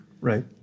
Right